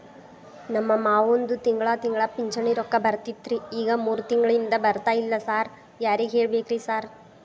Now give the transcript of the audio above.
ನಮ್ ಮಾವಂದು ತಿಂಗಳಾ ತಿಂಗಳಾ ಪಿಂಚಿಣಿ ರೊಕ್ಕ ಬರ್ತಿತ್ರಿ ಈಗ ಮೂರ್ ತಿಂಗ್ಳನಿಂದ ಬರ್ತಾ ಇಲ್ಲ ಸಾರ್ ಯಾರಿಗ್ ಕೇಳ್ಬೇಕ್ರಿ ಸಾರ್?